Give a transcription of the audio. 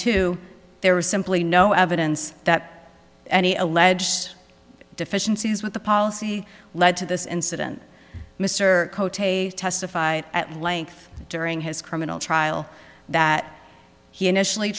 two there was simply no evidence that any alleged deficiencies with the policy led to this incident mr ct testified at length during his criminal trial that he initially